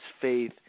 faith